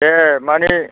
दे मानि